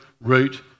route